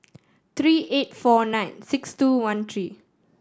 three eight four nine six two one three